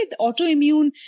autoimmune